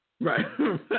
Right